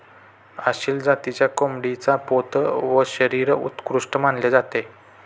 आसिल जातीच्या कोंबडीचा पोत व शरीर उत्कृष्ट मानले जाते